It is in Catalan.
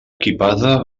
equipada